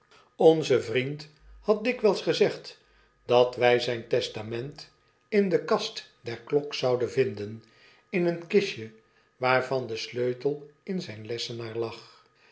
onze vriend had dikwyls gezegd dat wy zyn testament in de kast der klok zouden vinden in een kistje waarvan de sleutel in zyn lessenaar lag